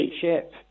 ship